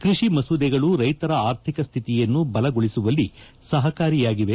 ಕೃಷಿ ಮಸೂದೆಗಳು ರೈತರ ಆರ್ಥಿಕ ಸ್ಥಿತಿಯನ್ನು ಬಲಗೊಳಿಸುವಲ್ಲಿ ಸಹಕಾರಿಯಾಗಿದೆ